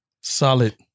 Solid